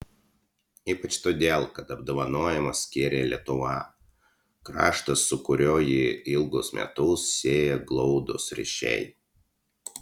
ypač todėl kad apdovanojimą skyrė lietuva kraštas su kuriuo jį ilgus metus sieja glaudūs ryšiai